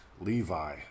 Levi